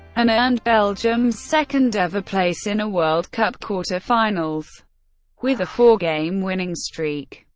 and earned belgium's second-ever place in a world cup quarter-finals with a four-game winning streak.